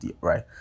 right